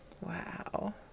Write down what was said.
Wow